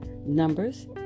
Numbers